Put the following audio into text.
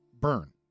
Burn